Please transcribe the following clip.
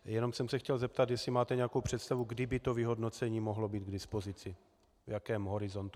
Jenom jsem se chtěl zeptat, jestli máte nějakou představu, kdy by to vyhodnocení mohlo být k dispozici, v jakém časovém horizontu.